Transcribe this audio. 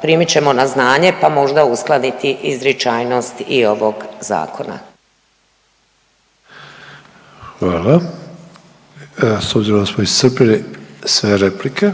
primit ćemo na znanje pa možda uskladiti izričajnost i ovog zakona. **Sanader, Ante (HDZ)** Hvala. S obzirom da smo iscrpili sve replike,